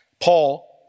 Paul